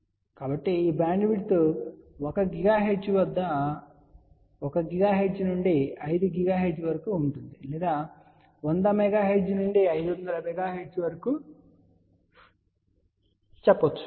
కాబట్టి ఈ bandwidth 1 GHz నుండి 5 GHz వరకు ఉంటుంది లేదా 100 MHz నుండి 500 MHz వరకు చెప్పవచ్చు